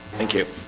thank you